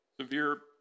Severe